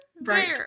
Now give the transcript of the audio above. right